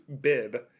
bib